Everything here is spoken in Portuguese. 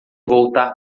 voltar